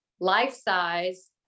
life-size